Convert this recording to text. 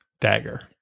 dagger